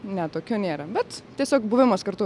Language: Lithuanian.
ne tokio nėra bet tiesiog buvimas kartu